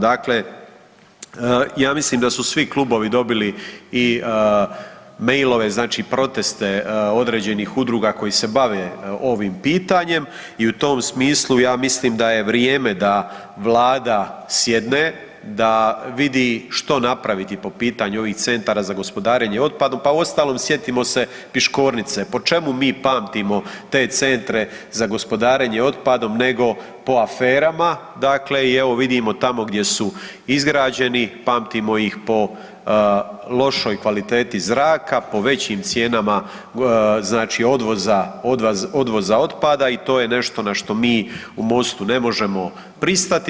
Dakle, ja mislim da su svi klubovi dobili i mailove, znači proteste određenih udruga koji se bave ovim pitanjem i u tom smislu ja mislim da je vrijeme da vlada sjedne, da vidi što napraviti po pitanju ovih Centara za gospodarenje otpadom, pa uostalom sjetimo se Piškornice, po čemu mi pamtimo te Centre za gospodarenje otpadom nego po aferama, dakle i evo vidimo tamo gdje su izgrađeni pamtimo ih po lošoj kvaliteti zraka, po većim cijenama znači odvoza, odvoza otpada i to je nešto na što mi u MOST-u ne možemo pristati.